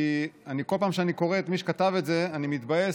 כי בכל פעם שאני קורא את מי שכתב את זה אני מתבאס,